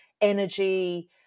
energy